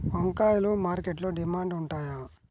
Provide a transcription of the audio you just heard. వంకాయలు మార్కెట్లో డిమాండ్ ఉంటాయా?